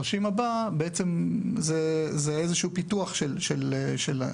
התרשים הבא הוא איזה שהוא פיתוח של זה: